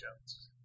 Jones